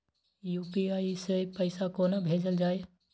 UPI सै पैसा कोना भैजल जाय?